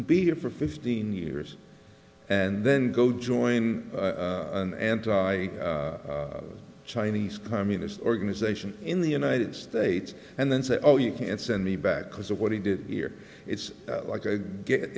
beer for fifteen years and then go join an anti chinese communist organization in the united states and then say oh you can't send me back because of what he did here it's like i get